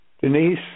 Denise